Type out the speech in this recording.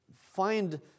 find